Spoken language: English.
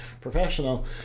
professional